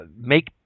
make